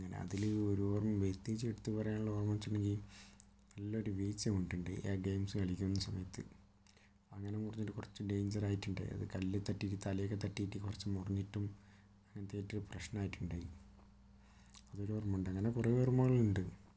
അങ്ങനെ അതിൽ ഓരോ പ്രത്യേകിച്ച് എടുത്ത് പറയാനുള്ള ഓർമ്മയെന്ന് വച്ചിട്ടുണ്ടെങ്കിൽ നല്ലൊരു വീഴ്ച്ച വീണിട്ടുണ്ട് ആ ഗെയിംസ് കളിക്കുന്ന സമയത്ത് അങ്ങനെ മുറിഞ്ഞൊരു കുറച്ച് ഡേയ്ഞ്ചറായിട്ടുണ്ട് അത് കല്ലിൽ തട്ടി തലയൊക്കെ തട്ടിയിട്ട് കുറച്ച് മുറിഞ്ഞിട്ടും അങ്ങനത്തെയൊക്കെ പ്രശ്നമായിട്ടുണ്ട് അതൊരോർമ്മയുണ്ട് അങ്ങനെ കുറേ ഓർമ്മകളുണ്ട്